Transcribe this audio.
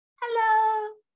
hello